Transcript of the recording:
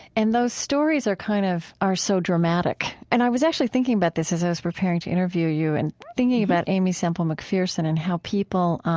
and those stories are kind of are so dramatic. and i was actually thinking about this as i was preparing to interview you. and thinking about aimee semple mcpherson and how people